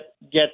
get